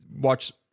watch